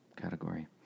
category